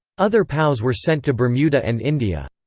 other pows were sent to bermuda and india.